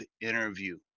interview